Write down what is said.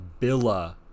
Billa